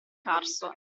carso